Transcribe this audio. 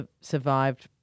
survived